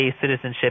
citizenship